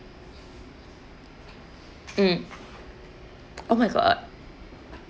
mm oh my god